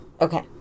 Okay